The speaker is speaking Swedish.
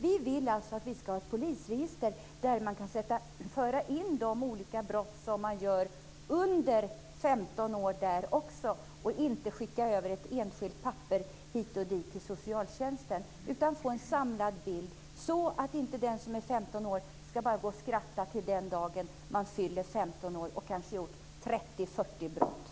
Vi vill alltså att det ska finnas ett polisregister där man kan föra in de olika brott som begås också av ungdomar under 15 år i stället för att skicka över ett enskilt papper över till Socialtjänsten. Det behövs en samlad bild, så att inte den som är under 15 år bara ska kunna gå omkring och skratta till den dagen han eller hon fyller 15 år och då kanske har begått 30-40